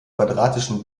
quadratischen